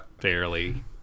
barely